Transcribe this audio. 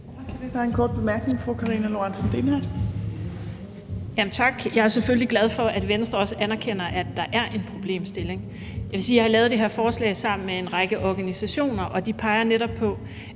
Tak. Jeg er selvfølgelig glad for, at Venstre også anerkender, at der er en problemstilling. Jeg vil sige, at jeg har lavet det her forslag sammen med en række organisationer, og de peger netop på,